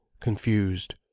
confused